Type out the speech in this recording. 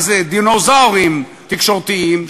מה-זה דינוזאורים תקשורתיים,